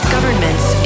Governments